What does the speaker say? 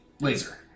Laser